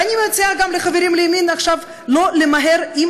ואני מציעה גם לחברים מימין לא למהר עם